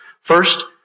First